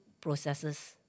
processes